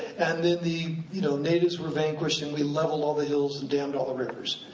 and then the you know natives were vanquished and we leveled all the hills and dammed all the rivers.